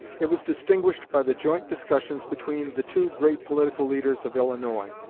it was distinguished by the joint discussions between the two great political leaders of illinois,